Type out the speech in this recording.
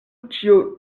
ĉio